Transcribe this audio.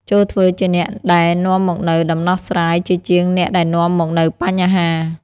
ចូរធ្វើជាអ្នកដែលនាំមកនូវដំណោះស្រាយ ជាជាងអ្នកដែលនាំមកនូវបញ្ហា។